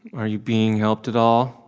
are you being helped at all?